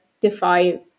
defy